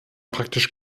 praktisch